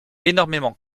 énormément